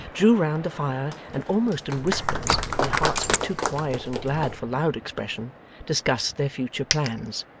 drew round the fire, and almost in whispers their hearts were too quiet and glad for loud expression discussed their future plans.